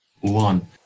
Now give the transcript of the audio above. one